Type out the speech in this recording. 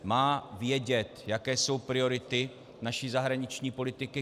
Má vědět, jaké jsou priority naší zahraniční politiky.